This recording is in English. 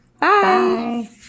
Bye